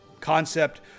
concept